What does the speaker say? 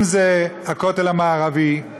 אם זה בכותל המערבי,